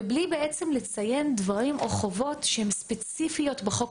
מבלי לציין דברים או חובות שהן ספציפיות בחוק